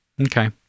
okay